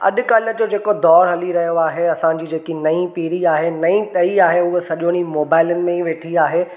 अॼु कल्ह जो जेको दौर हली रहियो आहे असांजी जेकी नई पीढ़ी आहे नई टही आहे हूअ सॼो ॾींहुं मोबाइलनि में ई वेठी आहे